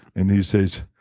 and he says,